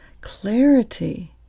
clarity